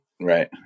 right